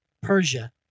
Persia